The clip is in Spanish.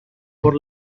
por